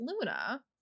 Luna